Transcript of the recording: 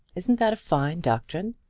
isn't that a fine doctrine?